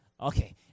okay